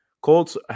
colts